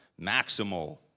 maximal